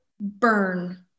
burn